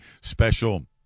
special